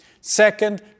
Second